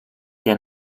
der